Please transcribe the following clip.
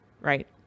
right